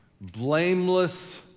blameless